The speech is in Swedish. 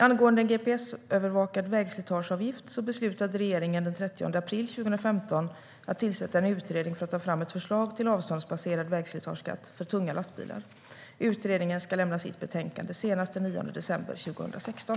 Angående en gps-övervakad vägslitageavgift beslutade regeringen den 30 april 2015 att tillsätta en utredning för att ta fram ett förslag till avståndsbaserad vägslitageskatt för tunga lastbilar. Utredningen ska lämna sitt betänkande senast den 9 december 2016.